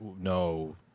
no